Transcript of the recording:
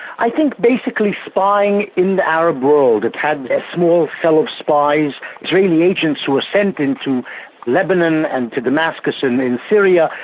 i think basically spying in the arab world, it had a small cell of spies israeli agents who were sent into lebanon and to damascus and syria,